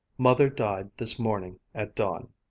mother died this morning at dawn.